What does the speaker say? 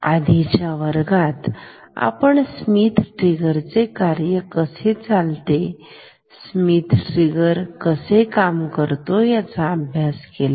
आधीच्या वर्गात आपण स्मिथ ट्रिगर चे कार्य कसे चालते स्मिथ ट्रिगर कसा काम करतो याचा अभ्यास केला